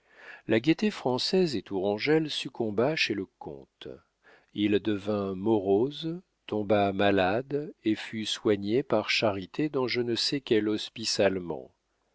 la gaieté française et tourangelle succomba chez le comte il devint morose tomba malade et fut soigné par charité dans je ne sais quel hospice allemand